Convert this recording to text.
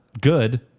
good